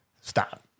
Stop